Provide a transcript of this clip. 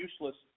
useless